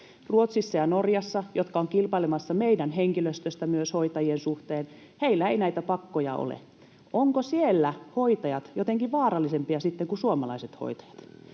Ruotsissa ja Norjassa, jotka ovat kilpailemassa meidän henkilöstöstä myös hoitajien suhteen, ei näitä pakkoja ole. Ovatko siellä hoitajat sitten jotenkin vaarallisempia kuin suomalaiset hoitajat,